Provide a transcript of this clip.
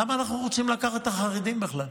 למה אנחנו רוצים לקחת את החרדים בכלל?